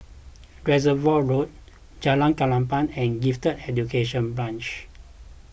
Reservoir Road Jalan Klapa and Gifted Education Branch